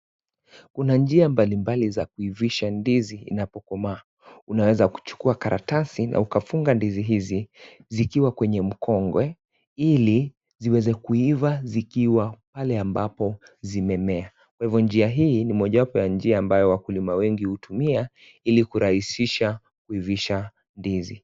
Kuna njia mbali mbali za kuivisha ndizi inapokomaa, unaweza kuchukua karatasi na ukafunga ndizi hizi zikiwa kwenye mukongwe, ili ziweze kuiiva zikiwa pale ambapo zimemea. Kwa hivyo njia hii ni mojawapo ya njia ambayo wakulima wengi hutumia ili kuraisisha kuivisha ndizi.